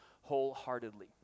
wholeheartedly